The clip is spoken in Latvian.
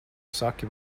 saki